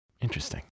Interesting